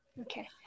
okay